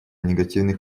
негативных